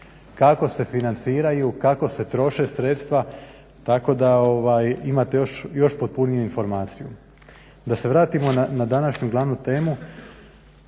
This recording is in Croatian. kako se financiraju, kako se troše sredstva tako da imate još potpunije informacije. Da se vratimo na današnju glavnu temu,